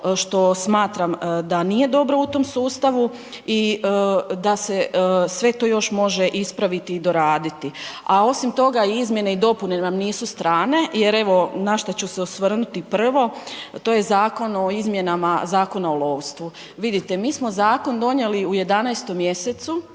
što smatram da nije dobro u tom sustavu i da se sve to još može ispraviti i doraditi. A osim toga, izmjene i dopune nam nisu strane, jer evo, na što ću se osvrnuti prvo, to je Zakon o izmjenama Zakona o lovstvu. Vidite, mi smo zakon donijeli u 11. mj.